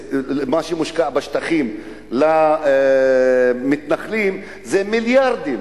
מה שמושקע בשטחים למתנחלים זה מיליארדים,